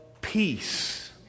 Peace